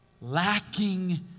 Lacking